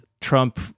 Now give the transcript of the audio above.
Trump